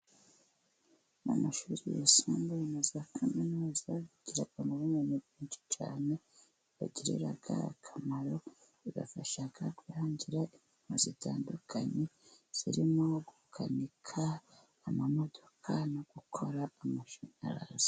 Mu mashuri yisumbuye na za kaminuza bigira ubumenyi bwinshi cyane bigirira akamaro bifashaga kwihangira imirimo itandukanye irimo gukanika amamodoka no gukora amashanyarazi.